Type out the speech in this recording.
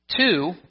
Two